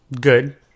good